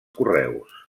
correus